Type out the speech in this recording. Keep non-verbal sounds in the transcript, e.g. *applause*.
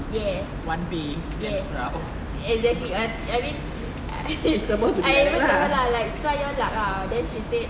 yes yes exactly I I mean *laughs* I also don't know lah like try your luck lah then she said